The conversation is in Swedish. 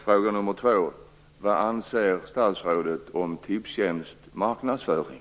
Fråga nummer två: Vad anser statsrådet om Tipstjänst marknadsföring?